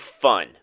fun